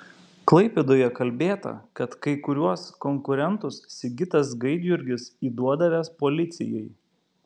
klaipėdoje kalbėta kad kai kuriuos konkurentus sigitas gaidjurgis įduodavęs policijai